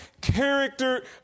character